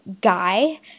guy